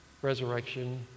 resurrection